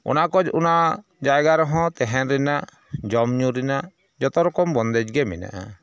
ᱚᱱᱟ ᱠᱚ ᱚᱱᱟ ᱡᱟᱭᱜᱟ ᱨᱮᱦᱚᱸ ᱛᱟᱦᱮᱱ ᱨᱮᱱᱟᱜ ᱡᱚᱢ ᱧᱩ ᱨᱮᱱᱟᱜ ᱡᱚᱛᱚ ᱨᱚᱠᱚᱢ ᱵᱚᱱᱫᱮᱡ ᱜᱮ ᱢᱮᱱᱟᱜᱼᱟ